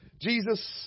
Jesus